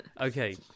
Okay